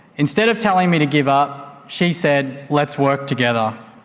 instead of telling me to give up, she said let's work together.